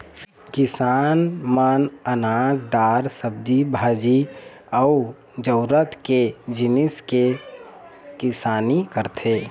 किसान मन अनाज, दार, सब्जी भाजी अउ जरूरत के जिनिस के किसानी करथे